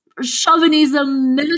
chauvinism